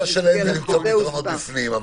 הגישה היא למצוא פתרונות בפנים.